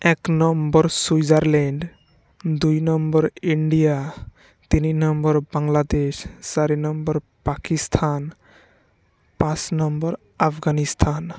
এক নম্বৰ চুইজাৰলেণ্ড দুই নম্বৰ ইণ্ডিয়া তিনি নম্বৰ বাংলাদেশ চাৰি নম্বৰ পাকিস্তান পাঁচ নম্বৰ আফগানিস্তান